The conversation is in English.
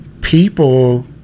people